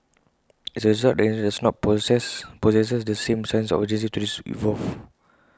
as A result the industry does not possess possess the same sense of urgency to this evolve